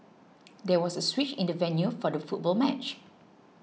there was a switch in the venue for the football match